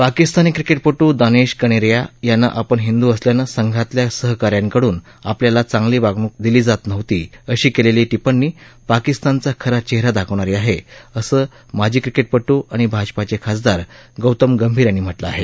पाकिस्तानी क्रिकेटपटू दानिश कनेरिया यानं आपण हिंदू असल्यानं संघातल्या सहकार्यांकडून आपल्याला चांगली वागणूक दिली जात नव्हती अशी केलेली टिप्पणी पाकिस्तानचा खरा चेहरा दाखवणारी आहे असं माजी क्रिकेटपटू आणि भाजपचे खासदार गौतम गंभीर यांनी म्हटलं आहे